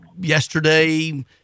Yesterday